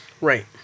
Right